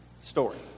Story